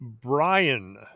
Brian